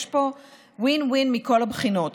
יש פה win win מכל הבחינות.